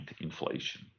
inflation